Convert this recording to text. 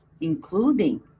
including